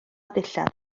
dillad